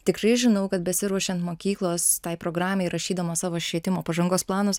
tikrai žinau kad besiruošiant mokyklos tai programai rašydama savo švietimo pažangos planus